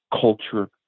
culture